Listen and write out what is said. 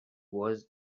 was